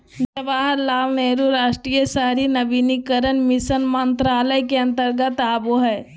जवाहरलाल नेहरू राष्ट्रीय शहरी नवीनीकरण मिशन मंत्रालय के अंतर्गत आवो हय